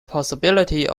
possibility